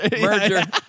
Merger